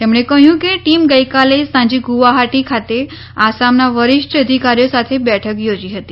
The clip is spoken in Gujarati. તેમણે કહ્યું કે ટીમે ગઇકાલે સાંજે ગુવાહાટી ખાતે આસામના વરિષ્ઠ અધિકારીઓ સાથે બેઠક યોજી હતી